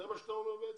זה מה שאתה אומר?